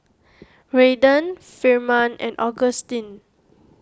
Raiden Firman and Augustine